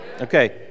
Okay